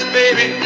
baby